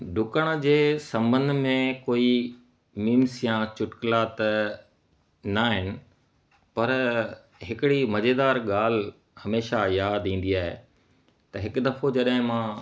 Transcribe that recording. डुकण जे संॿंध में कोई मीम्स या चुटकुलो त नाहिनि पर हिकिड़ी मज़ेदारु ॻाल्हि हमेशा यादि ईंदी आहे त हिकु दफ़ो जॾहिं मां